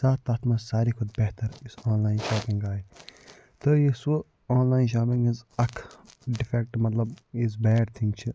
تَتھ منٛز ساروٕے کھۄتہٕ بہتر یۄس آنلاین شواپِنٛگ آیہِ تہٕ یُس سُہ آنلاین شواپِنٛگ ہنٛز اکھ ڈِفیٚکٹہٕ مطلب یُس بیڈ تھِنٛگ چھِ